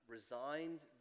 resigned